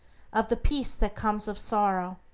of the peace that comes of sorrow.